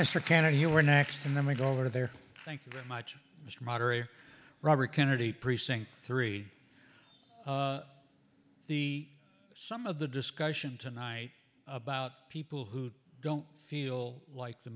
thanks for canada you were next and then we go over there thank you very much mr moderator robert kennedy precinct three the sum of the discussion tonight about people who don't feel like the